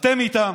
אתם איתם.